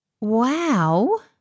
wow